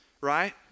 right